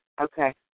Okay